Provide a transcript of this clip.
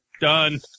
Done